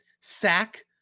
Sack